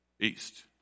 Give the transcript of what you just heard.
east